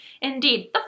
indeed